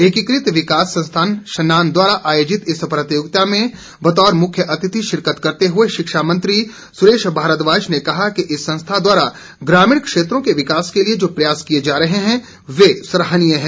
एकीकृत विकास संस्थान शनान द्वारा आयोजित इस प्रतियोगिता में बतौर मुख्यातिथि शिरकत करते हुए शिक्षा मंत्री सुरेश भारद्वाज ने कहा इस संस्था द्वारा ग्रमीण क्षेत्रों के विकास के लिए जो प्रयास किए जा रहे हैं वो सराहनीय है